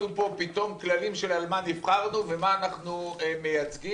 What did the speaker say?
פה פתאום כללים של על מה נבחרנו ומה אנחנו מייצגים,